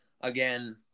Again